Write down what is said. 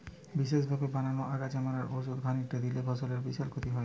বিশেষভাবে বানানা আগাছা মারার ওষুধ খানিকটা দিলে ফসলের বিশাল ক্ষতি হয়নি